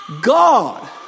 God